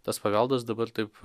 tas paveldas dabar taip